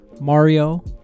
Mario